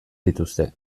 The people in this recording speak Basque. dituzte